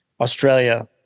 Australia